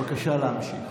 בבקשה להמשיך.